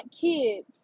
kids